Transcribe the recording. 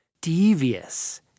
devious